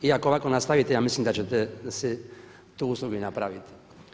I ako ovako nastavite ja mislim da ćete si tu uslugu i napraviti.